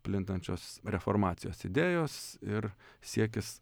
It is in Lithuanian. plintančios reformacijos idėjos ir siekis